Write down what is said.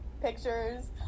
pictures